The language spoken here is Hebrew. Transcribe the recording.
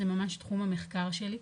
זה ממש תחום המחקר שלי.